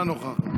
נוכחת,